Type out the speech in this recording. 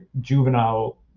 juvenile